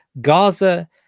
gaza